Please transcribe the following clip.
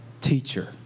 teacher